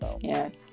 Yes